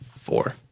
four